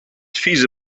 fiese